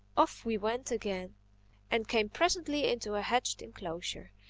off we went again and came presently into a hedged enclosure.